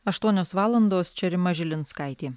aštuonios valandos čia rima žilinskaitė